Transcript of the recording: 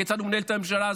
כיצד הוא מנהל את הממשלה הזאת,